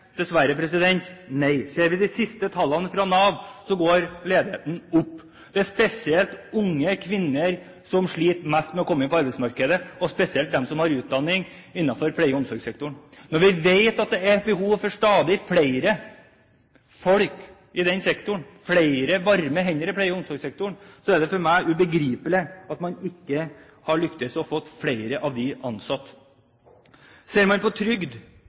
nei. Ser vi på de siste tallene fra Nav, ser vi at ledigheten går opp. Det er spesielt unge kvinner som sliter mest med å komme inn på arbeidsmarkedet, og spesielt de som har utdanning innenfor pleie- og omsorgssektoren. Når vi vet at det er et behov for stadig flere folk i den sektoren, flere varme hender i pleie- og omsorgssektoren, er det ubegripelig for meg at man ikke har lyktes i å få flere av disse ansatt. La oss se på trygd: